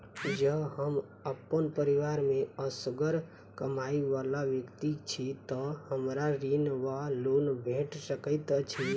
जँ हम अप्पन परिवार मे असगर कमाई वला व्यक्ति छी तऽ हमरा ऋण वा लोन भेट सकैत अछि?